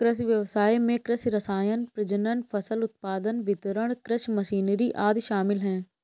कृषि व्ययसाय में कृषि रसायन, प्रजनन, फसल उत्पादन, वितरण, कृषि मशीनरी आदि शामिल है